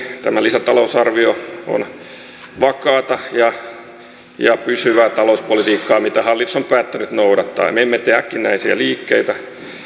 tämä lisätalousarvio on vakaata ja ja pysyvää talouspolitiikkaa mitä hallitus on päättänyt noudattaa me emme tee äkkinäisiä liikkeitä